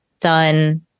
done